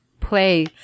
play